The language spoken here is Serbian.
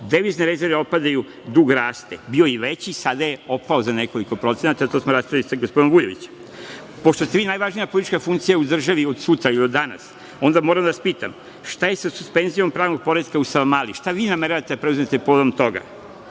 devizne rezerve opadaju, dug raste, bio je i veći, sada je opao za nekoliko procenata, to smo raspravili sa gospodinom Vujovićem. Pošto ste vi najvažnija politička funkcija u državi, od sutra i od danas, onda moram da vas pitam – šta je sa suspenzijom pravnog poretka u Savamali? Šta vi nameravate da preduzmete povodom toga?